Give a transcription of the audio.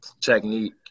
technique